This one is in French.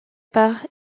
par